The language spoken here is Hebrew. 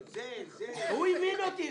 הוא הבין אותי.